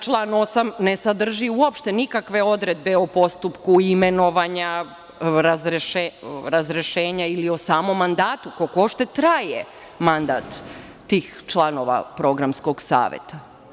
Član 8. ne sadrži uopšte nikakve odredbe o postupku imenovanja, razrešenja ili o samom mandatu, koliko uopšte traje mandat tih članova Programskog saveta.